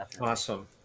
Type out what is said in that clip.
awesome